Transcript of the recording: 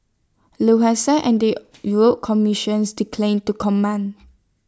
Lufthansa and the Europe commissions declined to comment